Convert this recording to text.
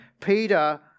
Peter